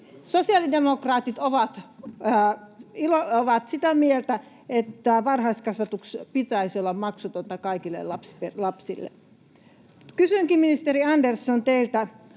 Sosiaalidemokraatit ovat sitä mieltä, että varhaiskasvatuksen pitäisi olla maksutonta kaikille lapsille. Kysynkin, ministeri Andersson, teiltä: